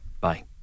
Bye